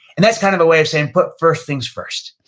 and that's kind of a way of saying, put first things first.